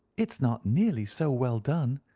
it's not nearly so well done.